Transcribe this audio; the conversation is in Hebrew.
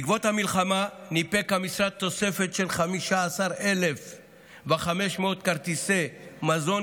בעקבות המלחמה ניפק המשרד תוספת של 15,500 כרטיסי מזון,